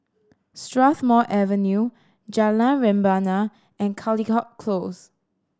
Strathmore Avenue Jalan Rebana and Caldecott Close